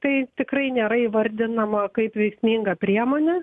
tai tikrai nėra įvardinama kaip veiksminga priemonė